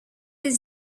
les